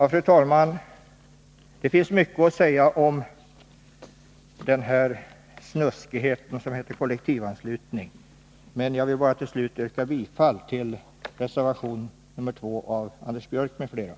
Det finns, fru talman, mycket att säga om denna snuskighet som heter kollektivanslutning. Men jag vill till slut yrka bifall till reservation 2 av Anders Björck m.fl.